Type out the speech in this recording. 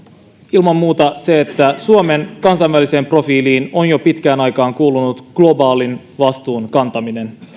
ilman muuta se että suomen kansainväliseen profiiliin on jo pitkän aikaa kuulunut globaalin vastuun kantaminen